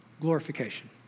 glorification